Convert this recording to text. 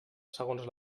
segons